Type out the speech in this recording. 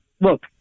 look